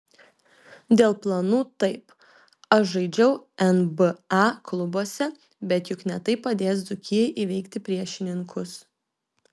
dėl planų taip aš žaidžiau nba klubuose bet juk ne tai padės dzūkijai įveikti priešininkus